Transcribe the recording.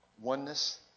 oneness